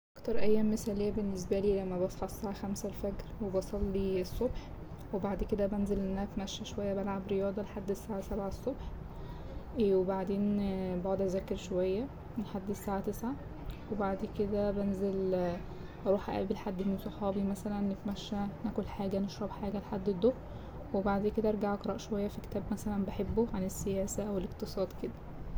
أكتر أيام مثالية بالنسبالي لما بصحى الساعة خمسة الفجر وبصلي الصبح وبعد كده بنزل ان أنا اتمشى شوية بلعب رياضة لحد الساعة سبعة الصبح وبعدين بقعد اذاكر شوية لحد الساعة تسعة وبعد كده بنزل اروح أقابل حد من صحابي مثلا نتمشى ناكل حاجة نشرب حاجة لحد الضهر وبعد كده ارجع اقرأ شوية في كتاب مثلا بحبه عن السياسة أو الإقتصاد كدا.